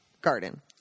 garden